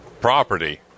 Property